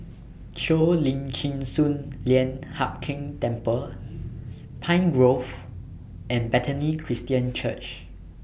Cheo Lim Chin Sun Lian Hup Keng Temple Pine Grove and Bethany Christian Church